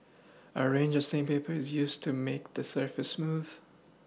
a range of sandpaper is used to make the surface smooth